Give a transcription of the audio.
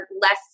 less